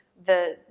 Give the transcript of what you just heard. the,